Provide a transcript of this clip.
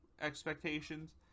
expectations